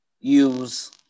use